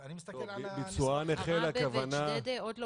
אני מסתכל על -- עראבה וג'דיידה עוד לא